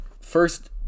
First